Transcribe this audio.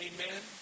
Amen